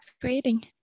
creating